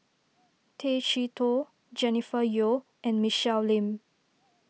Tay Chee Toh Jennifer Yeo and Michelle Lim